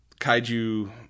Kaiju